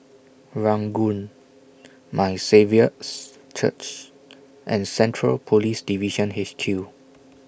Ranggung My Saviour's Church and Central Police Division H Q